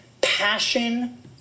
passion